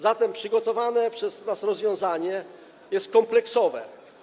Zatem przygotowane przez nas rozwiązanie jest kompleksowe.